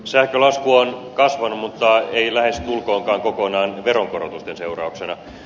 sähkölasku on kasvanut mutta ei lähestulkoonkaan kokonaan veronkorotusten seurauksena